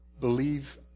believe